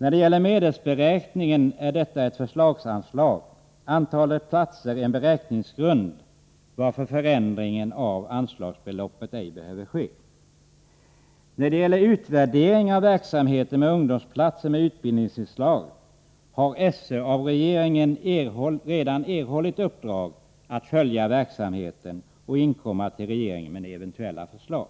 När det gäller medelsberäkningen är detta ett förslagsanslag och antalet platser en beräkningsgrund, varför förändring av anslagsbeloppet ej behöver ske. När det gäller utvärdering av verksamheten med ungdomsplatser med utbildningsinslag har SÖ av regeringen redan erhållit uppdrag att följa verksamheten och inkomma till regeringen med eventuella förslag.